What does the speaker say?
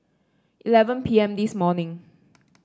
eleven P M this morning